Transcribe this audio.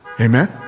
Amen